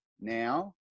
now